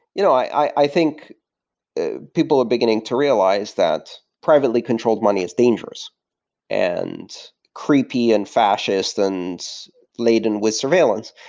you know i i think people are beginning to realize that privately controlled money is dangerous and creepy and fascist and laden with surveillance.